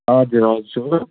हजुर हजुर